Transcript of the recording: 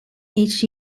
each